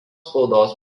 spaudos